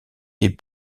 des